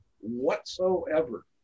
whatsoever